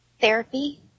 Therapy